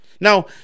Now